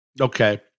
Okay